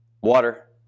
Water